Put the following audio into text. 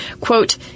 Quote